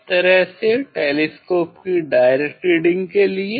इस तरह से टेलीस्कोप की डायरेक्ट रीडिंग के लिए